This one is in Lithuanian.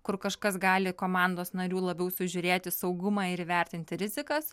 kur kažkas gali komandos narių labiau sužiūrėti saugumą ir įvertinti rizikas